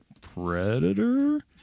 Predator